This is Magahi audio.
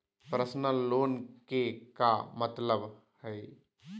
पर्सनल लोन के का मतलब हई?